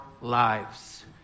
lives